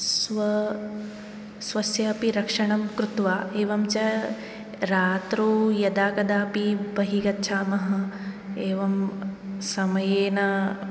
स्व स्वस्यापि रक्षणं कृत्वा एवं च रात्रौ यदा कदापि बहिः गच्छामः एवं समयेन